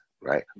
right